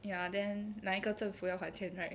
ya then 哪一个政府要还钱 right